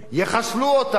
יחסלו אותם.